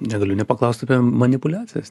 negaliu nepaklaust apie manipuliacijas